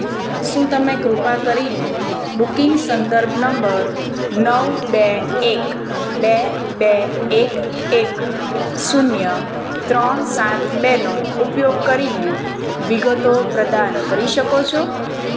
શું તમે કૃપા કરીને બુકિંગ સંદર્ભ નંબર નવ બે એક બે બે એક એક શૂન્ય ત્રણ સાત બેનો ઉપયોગ કરીને વિગતો પ્રદાન કરી શકો છો